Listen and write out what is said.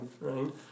right